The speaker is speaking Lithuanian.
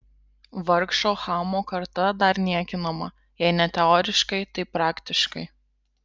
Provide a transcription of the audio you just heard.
vargšo chamo karta dar niekinama jei ne teoriškai tai praktiškai